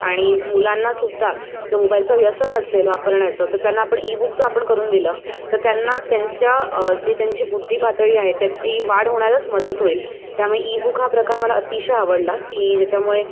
आणि मुलांनासुद्धा जर मोबाईलचा व्यसन असेल वापरण्याचं तर त्यांना आपण ईबुक जर आपण करून दिलं तर त्यांना त्यांच्या जी त्यांची बुद्धीपातळी आहे त्याची वाढ होण्यासच मदत होईल त्यामुळे ईबुक हा प्रकार मला अतिशय आवडला की ज्याच्यामुळे